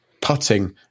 putting